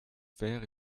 faire